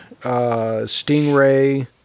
Stingray